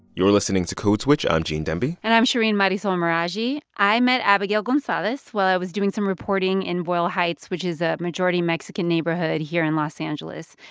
you're listening to code switch. i'm gene demby and i'm shereen marisol meraji. i met abigail gonzalez while i was doing some reporting in boyle heights, which is a majority-mexican neighborhood here in los angeles.